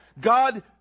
God